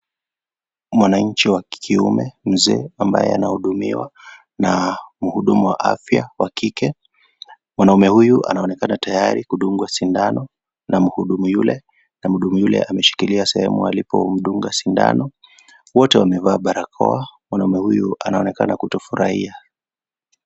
Mwananchi wa kiume mzee ambaye anahudumiwa, na muhudumu wa afya wa kike, mwanamme huyu anaonekana tayari kudungwa sindano, na muhudumu yule. Na muhudumu yule, amemshika sehemu aliyomdunga sindano. Wote wamevaa barakoa. Mwanamme huyu anaonekana kutofurahia.